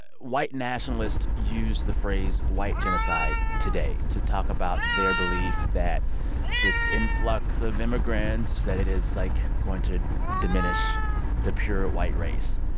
white nationalists use the phrase white genocide today to talk about their belief that this influx of immigrants that it is, like, going to diminish the pure white race.